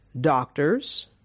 doctors